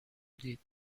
دید